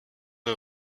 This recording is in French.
est